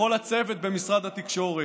לכל הצוות במשרד התקשורת,